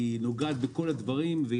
נוגעת בכל הדברים,